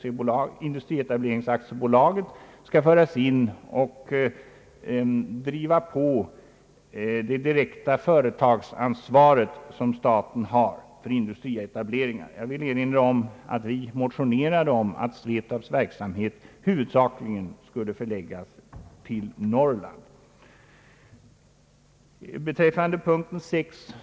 SVETAB, industrietableringsaktiebolaget, skall bära det direkta ansvar som staten har för industrietableringar. Jag vill framhålla att vi motionerade om att SVETAB:s verksamhet huvudsakligen skulle förläggas till Norrland.